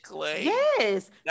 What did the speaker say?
Yes